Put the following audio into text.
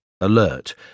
alert